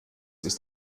ist